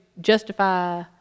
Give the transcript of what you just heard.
justify